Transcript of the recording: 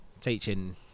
Teaching